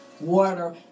Water